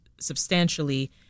substantially